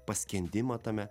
paskendimą tame